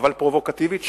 אבל פרובוקטיבית,